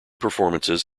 performances